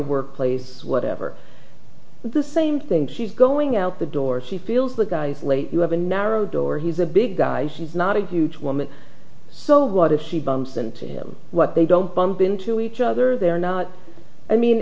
workplace whatever the same thing he's going out the door he feels the guy's late you have a narrow door he's a big guy he's not a huge woman so what if she bumps into him what they don't bump into each other they're not i mean